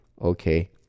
Okay